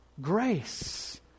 grace